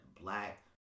black